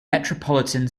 metropolitan